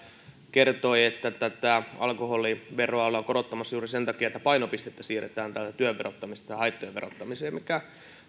kertoi että alkoholiveroa ollaan korottamassa juuri sen takia että painopistettä siirretään työn verottamisesta haittojen verottamiseen mikä